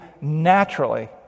naturally